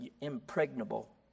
impregnable